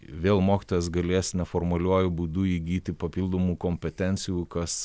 vėl mokytojas galės neformaliuoju būdu įgyti papildomų kompetencijų kas